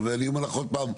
ואני אומר לך עוד פעם,